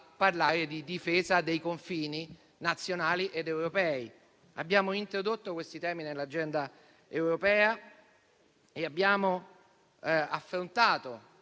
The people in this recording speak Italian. di difesa dei confini nazionali ed europei. Abbiamo introdotto questi temi nell'agenda europea e abbiamo affrontato